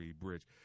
bridge